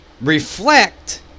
reflect